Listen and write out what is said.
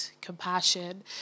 compassion